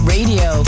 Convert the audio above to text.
Radio